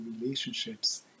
relationships